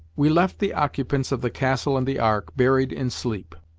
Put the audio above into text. we left the occupants of the castle and the ark, buried in sleep.